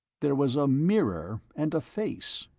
there was a mirror and a face.